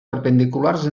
perpendiculars